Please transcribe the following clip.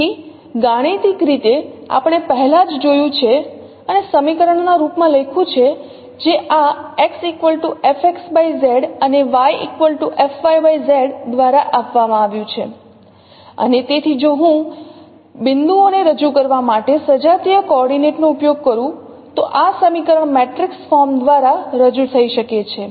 તેથી ગાણિતિક રીતે આપણે પહેલા જ જોયું છે અને સમીકરણના રૂપમાં લખ્યું છે જે આ x અને y દ્વારા આપવામાં આવ્યું છે અને તેથી જો હું બિંદુઓને રજૂ કરવા માટે સજાતીય કોઓર્ડીનેટ નો ઉપયોગ કરું તો આ સમીકરણ મેટ્રિક્સ ફોર્મ દ્વારા રજૂ થઈ શકે છે